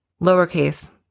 lowercase